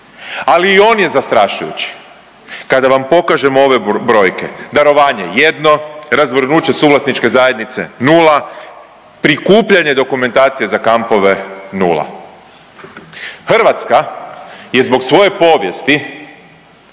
ali i on je zastrašujući. Kada vam pokažem ove brojke, darovanje jedno, razvrgnuće suvlasničke zajednice nula, prikupljanje dokumentacije za kampove nula. Hrvatska je zbog svoje povijesti